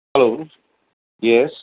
hello yes